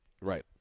Right